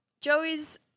Joey's